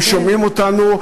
הם שומעים אותנו.